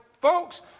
folks